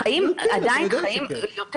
עדיין חיים יותר